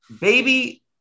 Baby